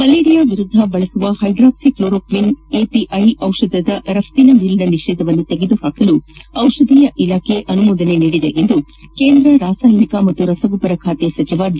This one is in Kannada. ಮಲೇರಿಯಾ ವಿರುದ್ಧ ಬಳಸುವ ಹೈಡ್ರಾಕ್ಷಿಕ್ಲೋರೋಕ್ಷಿನ್ ಎಪಿಐ ದಿಷಧದ ರಷ್ಟಿನ ಮೇಲಿನ ನಿಷೇಧವನ್ನು ತೆಗೆದುಹಾಕಲು ದಿಷಧೀಯ ಇಲಾಖೆ ಅನುಮೋದನೆ ನೀಡಿದೆ ಎಂದು ಕೇಂದ್ರ ರಾಸಾಯನಿಕ ಮತ್ತು ರಸಗೊಬ್ಬರ ಖಾತೆ ಸಚಿವ ಡಿ